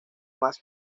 más